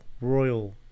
Royal